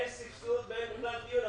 אין סבסוד ואין בכלל דיון,